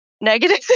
negative